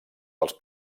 dels